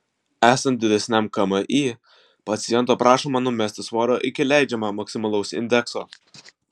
esant didesniam kmi paciento prašoma numesti svorio iki leidžiamo maksimalaus indekso